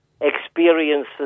experiences